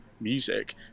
music